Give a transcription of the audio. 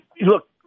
Look